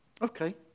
Okay